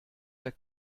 der